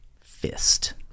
Fist